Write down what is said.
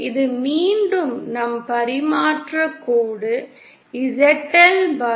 இது மீண்டும் நம் பரிமாற்றக் கோடு ZL பளு